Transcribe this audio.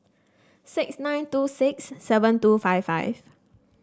six nine two six seven two five five